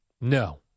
No